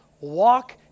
walk